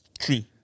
three